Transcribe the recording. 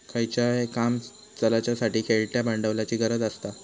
खयचाय काम चलाच्यासाठी खेळत्या भांडवलाची गरज आसता